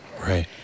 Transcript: Right